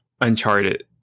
uncharted